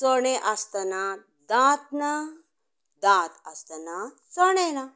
चणे आसतना दांत ना दांत आसतना चणे ना